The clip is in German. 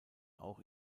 auch